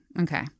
okay